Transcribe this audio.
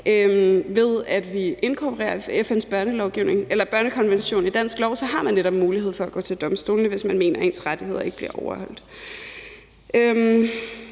ved at vi inkorporerer FN's børnekonvention i dansk lov, for så har man netop mulighed for at gå til domstolene, hvis man mener, at ens rettigheder ikke bliver overholdt.